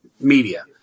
media